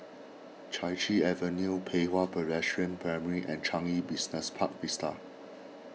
Chai Chee Avenue Pei Hwa Presbyterian Primary and Changi Business Park Vista